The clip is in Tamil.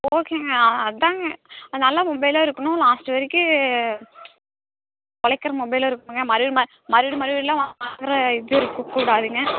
ஓகேங்க அ அதுதாங்க நல்ல மொபைலாக இருக்கணும் லாஸ்ட் வரைக்கும் உழைக்கிற மொபைலாக இருக்கணுங்க மறுபடிம மறுபடியும் மறுபடியுமெல்லாம் வாங்குகிற இது இருக்கக்கூடாதுங்க